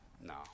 no